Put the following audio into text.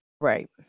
right